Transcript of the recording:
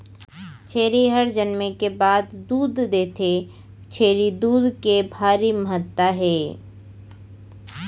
छेरी हर जनमे के बाद दूद देथे, छेरी दूद के भारी महत्ता हे